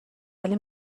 ولی